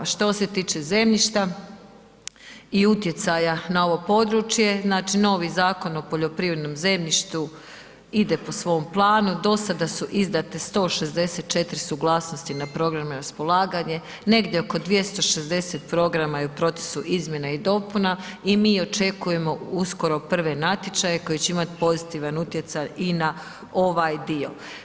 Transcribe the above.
Što se tiče zemljišta i utjecaja na ovo područje, znači novi Zakon o poljoprivrednom zemljištu ide po svom planu, do sada su izdate 164 suglasnosti na programima na raspolaganje, negdje oko 260 programa je u procesu izmjene i dopuna i mi očekujemo uskoro prve natječaje koji će imati pozitivan utjecaj i na ovaj dio.